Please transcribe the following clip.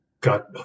got